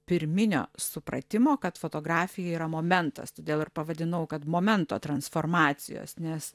pirminio supratimo kad fotografija yra momentas todėl ir pavadinau kad momento transformacijos nes